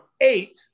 eight